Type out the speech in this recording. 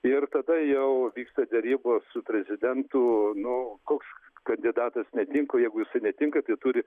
ir tada jau vyksta derybos su prezidentu nu koks kandidatas netinka o jeigu jisai netinka tai turi